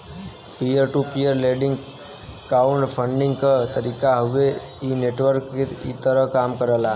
peer to peer lending crowd funding क तरीका हउवे इ नेटवर्क के तहत कम करला